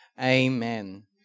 amen